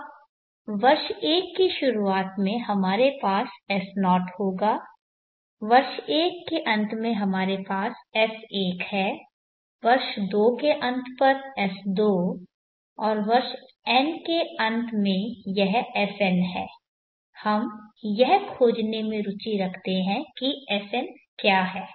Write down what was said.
अब वर्ष 1 की शुरुआत में हमारे पास S0 होगा वर्ष 1 के अंत में हमारे पास S1 है वर्ष 2 के अंत पर S2 और वर्ष n के अंत में यह Sn है हम यह खोजने में रुचि रखते हैं कि Sn क्या है